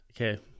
Okay